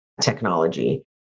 technology